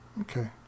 Okay